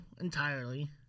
entirely